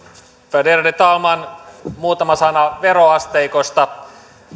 värderade talman muutama sana veroasteikosta